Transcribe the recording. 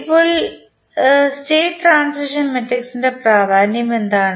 ഇപ്പോൾ state transition മാട്രിക്സിൻറെ പ്രാധാന്യം എന്താണ്